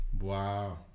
wow